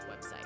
website